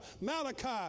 Malachi